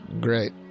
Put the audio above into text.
great